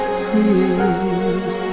trees